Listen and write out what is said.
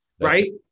right